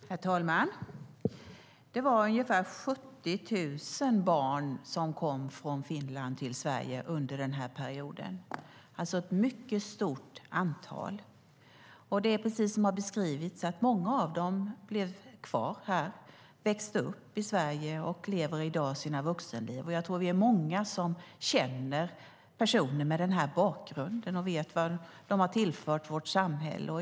Herr talman! Det var ungefär 70 000 barn som kom från Finland till Sverige under den här perioden. Det var ett mycket stort antal. Det är precis som har beskrivits. Många av dem blev kvar här, växte upp i Sverige och lever i dag sina vuxenliv här. Jag tror att vi är många som känner personer med den bakgrunden och vet vad de har tillfört vårt samhälle.